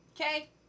Okay